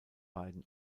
beiden